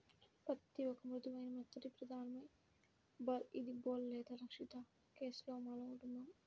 పత్తిఒక మృదువైన, మెత్తటిప్రధానఫైబర్ఇదిబోల్ లేదా రక్షిత కేస్లోమాలో కుటుంబం